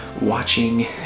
watching